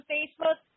Facebook